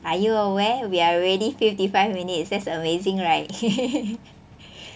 are you aware we are already fifty-five minutes that's amazing right